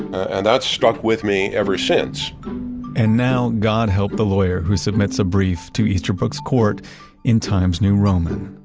and that stuck with me ever since and now, god help the lawyer who submits a brief to easterbrook's court in times new roman.